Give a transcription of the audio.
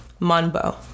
Monbo